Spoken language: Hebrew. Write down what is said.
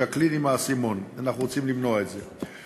ז'קלין עם האסימון, אנחנו רוצים למנוע את זה.